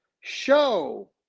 show